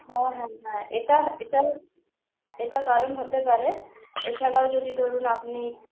হ্যাঁ হ্যাঁ এটা এটা এটা কারণ হতে পারে এছাড়াও যদি ধরুন আপনি